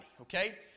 Okay